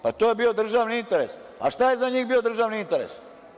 Pa, to je bio državni interes, a šta je za njih bio državni interes?